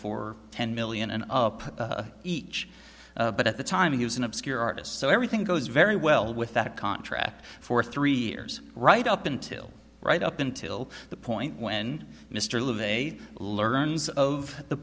for ten million and up each but at the time he was an obscure artist so everything goes very well with that contract for three years right up until right up until the point when mr levey learns of the